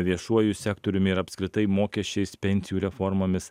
viešuoju sektoriumi ir apskritai mokesčiais pensijų reformomis